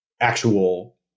actual